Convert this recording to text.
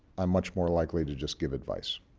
i'm much more likely to just give advice.